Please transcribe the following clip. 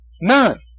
None